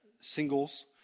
Singles